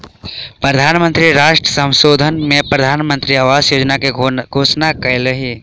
प्रधान मंत्री राष्ट्र सम्बोधन में प्रधानमंत्री आवास योजना के घोषणा कयलह्नि